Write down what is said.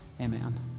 Amen